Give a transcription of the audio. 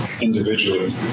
individually